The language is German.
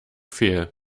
fehl